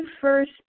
first